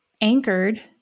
anchored